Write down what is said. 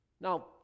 Now